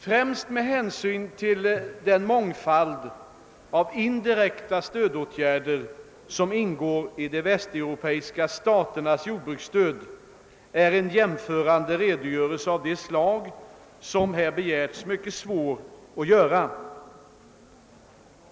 Främst med hänsyn till den mångfald av indirekta stödåtgärder som ingår i de västeuropeiska staternas jordbruksstöd är en jämförande redogörelse av det slag som här begärts mycket svår att göra.